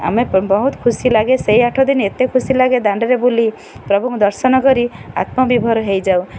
ଆମେ ବହୁତ ଖୁସି ଲାଗେ ସେଇ ଆଠ ଦିନ ଏତେ ଖୁସି ଲାଗେ ଦାଣ୍ଡରେ ବୁଲି ପ୍ରଭୁଙ୍କୁ ଦର୍ଶନ କରି ଆତ୍ମବିଭୋର ହେଇଯାଉ